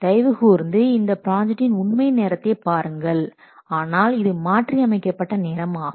தயவுகூர்ந்து இந்த ப்ராஜெக்ட்டின் உண்மை நேரத்தை பாருங்கள் ஆனால் இது மாற்றி அமைக்கப்பட்ட நேரம் ஆகும்